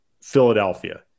Philadelphia